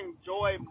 enjoy